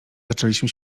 zaczęliśmy